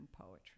Poetry